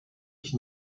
ich